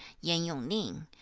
yan yong ning,